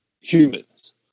humans